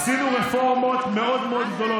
עשינו רפורמות מאוד מאוד גדולות.